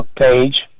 page